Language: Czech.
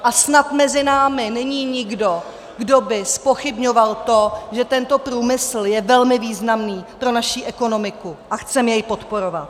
A snad mezi námi není nikdo, kdo by zpochybňoval to, že tento průmysl je velmi významný pro naši ekonomiku a chceme jej podporovat.